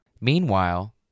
Meanwhile